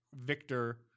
Victor